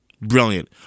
Brilliant